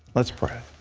let's pray.